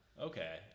Okay